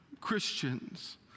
Christians